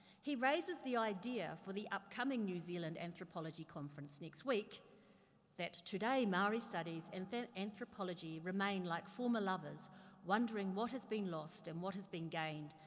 he raises the idea for the upcoming new zealand anthropology conference next week that today, maori studies and anthropology remained like former lovers wondering what has been lost and what has been gained,